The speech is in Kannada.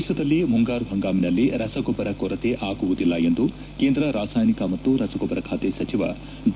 ದೇತದಲ್ಲಿ ಮುಂಗಾರು ಹಂಗಾಮಿನಲ್ಲಿ ರಸಗೊಬ್ಬರ ಕೊರತೆ ಆಗುವುದಿಲ್ಲ ಎಂದು ಕೇಂದ್ರ ರಾಸಾಯನಿಕ ಮತ್ತು ರಸಗೊಬ್ಬರ ಖಾತೆ ಸಚಿವ ಡಿ